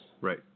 Right